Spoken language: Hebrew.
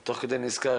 אני תוך כדי נזכר,